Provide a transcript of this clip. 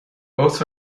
both